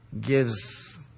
gives